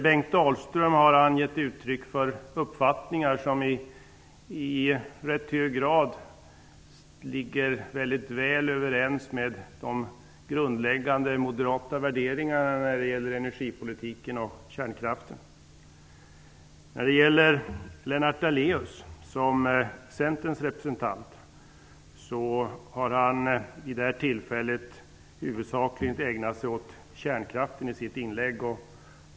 Bengt Dalström gav uttryck för uppfattningar som i hög grad stämmer överens med de grundläggande moderata värderingarna när det gäller energipolitiken och kärnkraften. Centerns representant Lennart Daléus ägnade sig huvudsakligen åt kärnkraften i sitt inlägg.